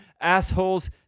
assholes